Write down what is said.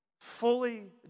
fully